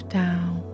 down